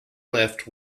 left